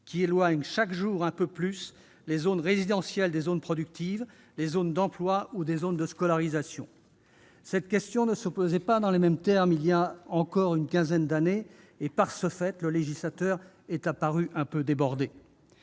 qui éloigne chaque jour un peu plus les zones résidentielles des zones productives, des zones d'emploi ou des zones de scolarisation. Cette question ne se posait pas dans les mêmes termes il y a encore une quinzaine d'années et, de ce fait, le législateur est apparu un peu débordé.